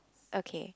okay